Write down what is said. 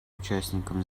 участникам